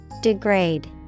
Degrade